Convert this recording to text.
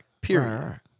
Period